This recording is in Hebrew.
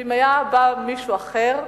אם היה בא מישהו אחר,